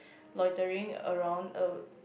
loitering around a